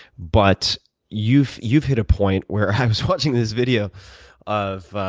but you've you've hit a point where, i was watching this video of,